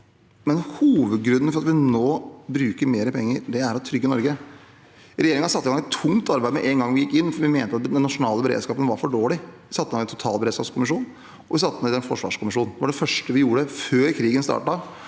Men hovedgrunnen til at vi nå bruker mer penger, er å trygge Norge. Regjeringen satte i gang et tungt arbeid med en gang vi gikk inn, for vi mente at den nasjonale beredskapen var for dårlig. Vi satte ned en totalberedskapskommisjon og en forsvarskommisjon. Det var det første vi gjorde, før krigen startet.